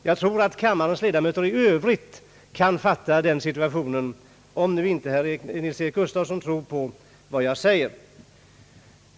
Jag tror att kammarens övriga ledamöter kan fatta situationen rätt, om nu inte herr Gustafsson tror på vad jag säger.